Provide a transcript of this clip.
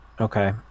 Okay